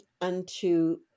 unto